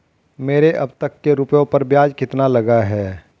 मेरे अब तक के रुपयों पर ब्याज कितना लगा है?